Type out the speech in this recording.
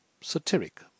satiric